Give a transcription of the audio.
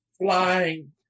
flying